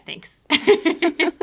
thanks